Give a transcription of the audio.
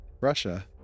russia